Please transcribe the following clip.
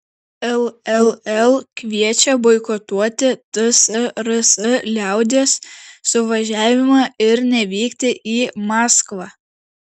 lll kviečia boikotuoti tsrs liaudies suvažiavimą ir nevykti į maskvą